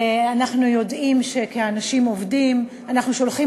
ואנחנו יודעים שכאנשים עובדים אנחנו שולחים